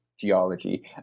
geology